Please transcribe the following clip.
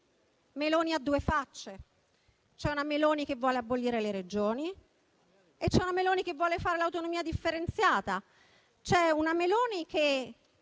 Meloni ha due facce. C'è una Meloni che vuole abolire le Regioni e c'è una Meloni che vuole fare l'autonomia differenziata.